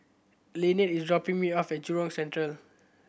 Linette is dropping me off at Jurong Central